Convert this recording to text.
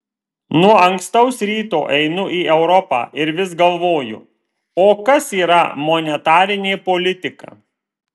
nuo ankstaus ryto einu į europą ir vis galvoju o kas yra monetarinė politika